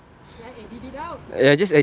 should I edit it out